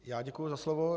Já děkuji za slovo.